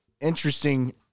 interesting